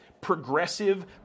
progressive